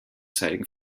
zeigen